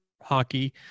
hockey